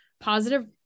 positive